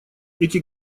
эти